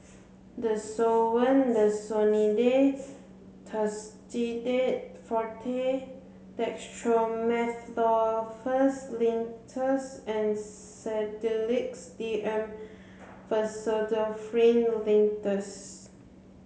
Desowen Desonide Tussidex Forte Dextromethorphan Linctus and Sedilix D M Pseudoephrine Linctus